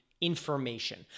information